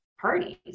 parties